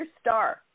star